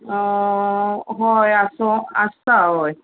हय आसों आसता हय